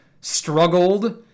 struggled